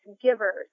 givers